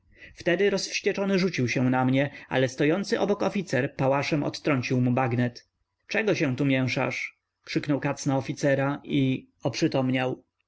wtedy rozwścieczony rzucił się na mnie ale stojący obok oficer pałaszem odtrącił mu bagnet czego się tu mięszasz krzyknął katz na oficera i